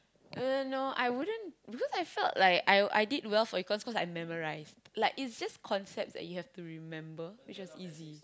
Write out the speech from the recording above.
uh no I wouldn't because I felt like I I did well for econs cause I memorised like is just concepts that you have to remember which was easy